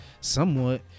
somewhat